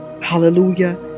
Hallelujah